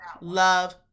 love